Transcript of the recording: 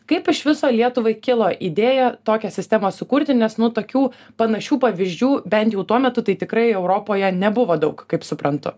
kaip iš viso lietuvai kilo idėja tokią sistemą sukurti nes nu tokių panašių pavyzdžių bent jau tuo metu tai tikrai europoje nebuvo daug kaip suprantu